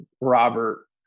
Robert